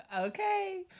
Okay